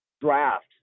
draft